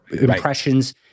impressions